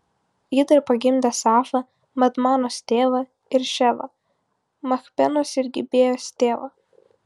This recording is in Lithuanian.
ji dar pagimdė safą madmanos tėvą ir ševą machbenos ir gibėjos tėvą